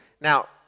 Now